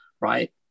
Right